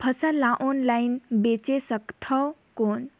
फसल ला ऑनलाइन बेचे सकथव कौन?